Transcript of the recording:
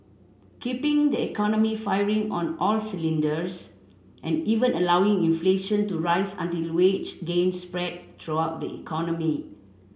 keeping the economy firing on all cylinders and even allowing inflation to rise until wage gains spread throughout the economy